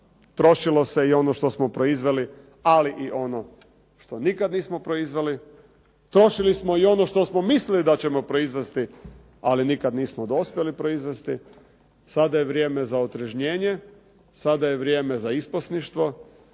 trošeći se i ono što smo proizveli, ali i ono što nikada nismo proizveli. Trošili smo ono što smo mislili da ćemo proizvesti, ali nikada nismo dospjeli proizvesti. Sada je vrijeme za isposništvo, sada je vrijeme da za doista